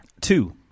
Two